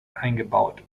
eingebaut